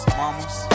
mamas